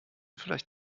vielleicht